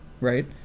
right